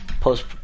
post